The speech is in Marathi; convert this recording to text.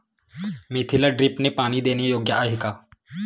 मेथीला ड्रिपने पाणी देणे योग्य आहे का?